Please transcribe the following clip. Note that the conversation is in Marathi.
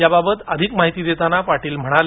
याबाबतअधिक माहिती देताना ते म्हणाले